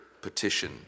petition